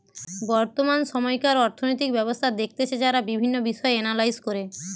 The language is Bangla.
বর্তমান সময়কার অর্থনৈতিক ব্যবস্থা দেখতেছে যারা বিভিন্ন বিষয় এনালাইস করে